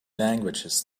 languages